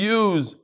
use